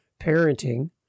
parenting